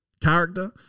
character